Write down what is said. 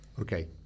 Okay